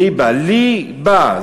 ליבה, לי בא.